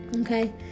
Okay